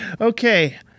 Okay